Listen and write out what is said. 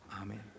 amen